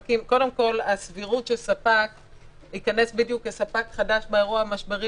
שבדיון הראשון שהיה לעניין הארכת משך התקופה,